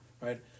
Right